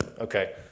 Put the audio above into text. Okay